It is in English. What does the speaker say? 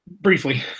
briefly